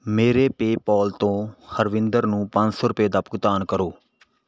ਮੇਰੇ ਪੇਪੋਲ ਤੋਂ ਹਰਵਿੰਦਰ ਨੂੰ ਪੰਜ ਸੌ ਰੁਪਏ ਦਾ ਭੁਗਤਾਨ ਕਰੋ